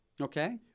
Okay